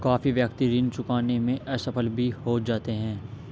काफी व्यक्ति ऋण चुकाने में असफल भी हो जाते हैं